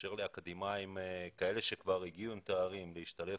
לאפשר לאקדמאים שכבר הגיעו עם תארים להשתלב